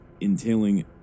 entailing